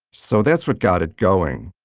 so, that's what got it going.